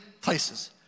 places